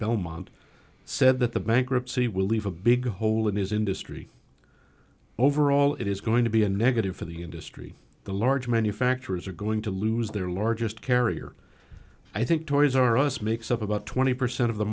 belmont said that the bankruptcy will leave a big hole in his industry overall it is going to be a negative for the industry the large manufacturers are going to lose their largest carrier i think toys r us makes up about twenty percent of the